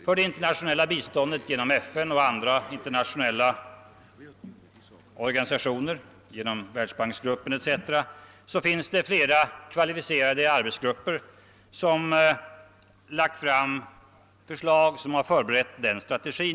För det internationella biståndet genom FN och andra internationella organisationer — världsbanksgruppen etc. — finns det flera kvalificerade arbetsgrupper som lagt fram förslag och förberett denna strategi.